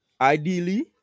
Ideally